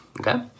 Okay